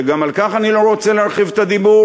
שגם על כך אני לא רוצה להרחיב את הדיבור.